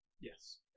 Yes